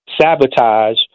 sabotage